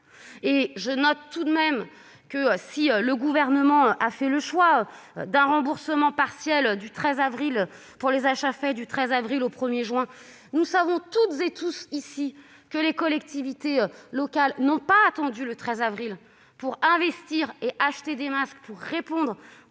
je note tout de même que le Gouvernement a fait le choix d'un remboursement partiel des achats de masques effectués du 13 avril au 1 juin. Or nous savons toutes et tous ici que les collectivités locales n'ont pas attendu le 13 avril pour investir dans des masques afin de répondre aux